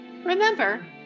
Remember